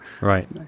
Right